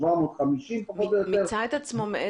750 בערך -- באיזה היבט זה מיצה את עצמו?